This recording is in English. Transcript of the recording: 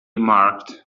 marked